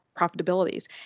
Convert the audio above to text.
profitabilities